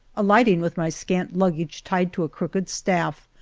alighting with my scant luggage tied to a crooked staff,